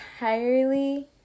entirely